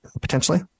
potentially